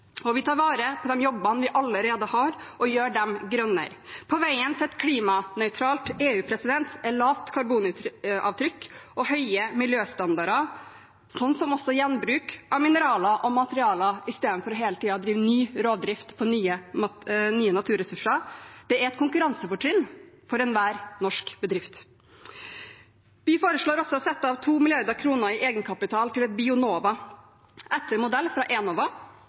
Og vi tar vare på de jobbene vi allerede har, og gjør dem grønnere. På veien til et klimanøytralt EU er lavt karbonavtrykk og høye miljøstandarder, slik som gjenbruk av mineraler og materialer i stedet for hele tiden å drive rovdrift på nye naturressurser, et konkurransefortrinn for enhver norsk bedrift. Vi foreslår også å sette av 2 mrd. kr i egenkapital til et «Bionova», etter modell